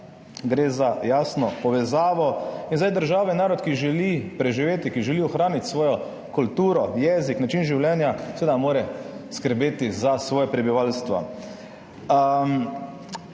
gre za jasno povezavo. Država, narod, ki želi preživeti, ki želi ohraniti svojo kulturo, jezik, način življenja, seveda mora skrbeti za svoje prebivalstvo.